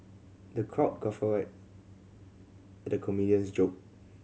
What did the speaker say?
the crowd guffawed at the comedian's joke